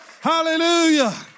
Hallelujah